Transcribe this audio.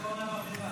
איפה אורנה ברביבאי?